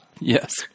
Yes